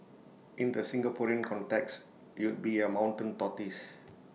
in the Singaporean context you'd be A mountain tortoise